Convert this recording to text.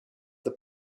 the